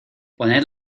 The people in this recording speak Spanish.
poned